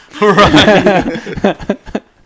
Right